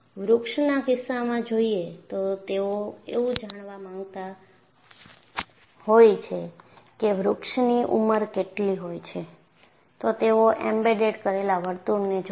વ્રુક્ષના કિસ્સામાં જોયે તો તેઓ એવું જાણવા માંગતા હોય છે કે વૃક્ષની ઉંમર કેટલી હોય છે તો તેઓ એમ્બેડ કરેલા વર્તુળોને જોશે